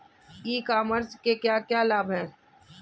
ई commerce के क्या क्या लाभ हैं?